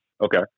Okay